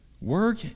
Work